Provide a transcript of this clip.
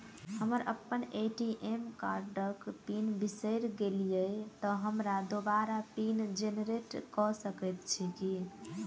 हम अप्पन ए.टी.एम कार्डक पिन बिसैर गेलियै तऽ हमरा दोबारा पिन जेनरेट कऽ सकैत छी की?